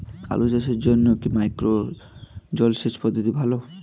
আলু চাষের জন্য কি মাইক্রো জলসেচ পদ্ধতি ভালো?